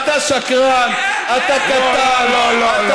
אתה שקרן, אתה קטן, אה, אה, לא, לא, לא, לא.